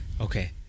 okay